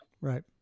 Right